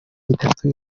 itatu